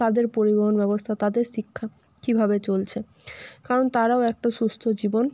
তাদের পরিবহন ব্যবস্থা তাদের শিক্ষা কীভাবে চলছে কারণ তারাও একটা সুস্থ জীবন